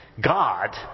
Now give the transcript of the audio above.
God